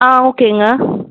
ஆ ஓகேங்க